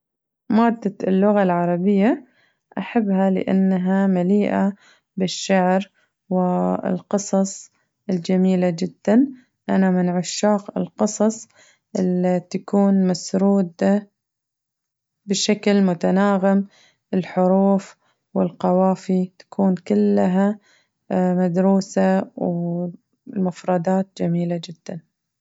مادة اللغة العربية، أحبها لأنها مليئة بالشعر والقصص الجميلة جداً، أنا من عشاق القصص اللي تكون مسرودة بشكل متناغم الحروف والقوافي تكون كلها مدروسة والمفردات جميلة جداً.